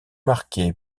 marquée